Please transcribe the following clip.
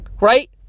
Right